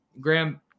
Graham